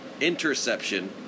interception